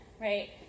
right